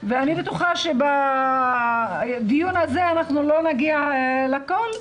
ואני בטוחה שבדיון הזה לא נגיע להכל,